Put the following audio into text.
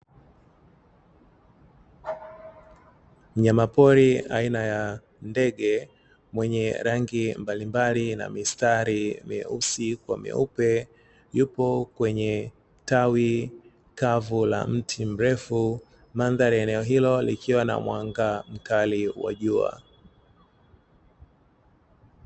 Mnyamapori aina ya ndege, mwenye rangi mbalimbali na mistari meusi kwa meupe, yupo kwenye tawi kavu la mti mrefu. Mandhari ya eneo hilo likiwa na mwanga mkali wa jua.